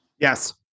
Yes